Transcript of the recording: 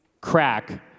crack